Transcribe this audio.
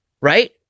Right